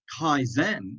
kaizen